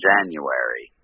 January